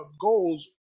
goals